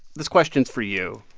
this question's for you.